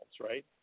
right